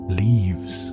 leaves